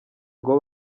ngo